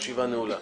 הישיבה נעולה.